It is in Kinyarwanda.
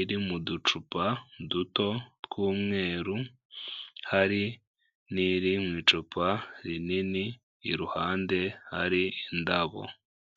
iri mu ducupa duto tw'umweru, hari n'iri mu icupa rinini iruhande hari indabo.